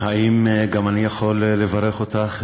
האם גם אני יכול לברך אותך,